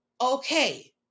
okay